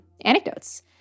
anecdotes